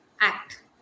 act